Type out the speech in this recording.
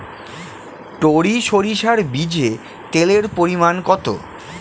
টরি সরিষার বীজে তেলের পরিমাণ কত?